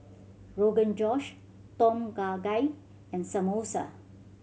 Rogan Josh Tom Kha Gai and Samosa